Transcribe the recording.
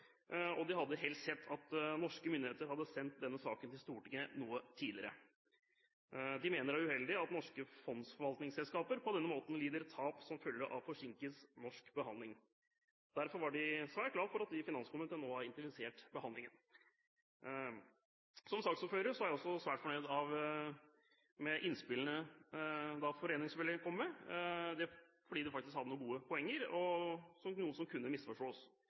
og de hadde helst sett at norske myndigheter hadde sendt denne saken til Stortinget noe tidligere. De mener det er uheldig at norske fondsforvaltningsselskaper på denne måten lider tap som følge av forsinket norsk behandling. Derfor var de svært glad for at vi i finanskomiteen har intensivert behandlingen. Som saksordfører er jeg også selvfølgelig svært fornøyd med innspillene foreningen kom med, fordi de hadde noen gode poenger – at noe kunne misforstås,